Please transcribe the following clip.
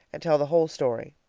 and tell the whole story.